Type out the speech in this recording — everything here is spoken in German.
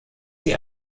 die